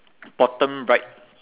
bottom right